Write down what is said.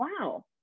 wow